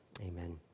Amen